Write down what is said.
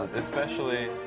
especially.